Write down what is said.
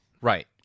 Right